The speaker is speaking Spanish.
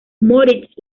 moritz